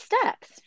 steps